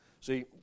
See